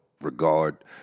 regard